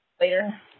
later